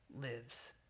lives